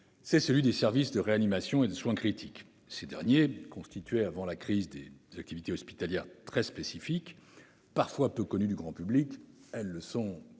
est celui des services de réanimation et des soins critiques. Ces derniers constituaient, avant la crise, des activités hospitalières très spécifiques et parfois peu connues du grand public- elles le sont,